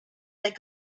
that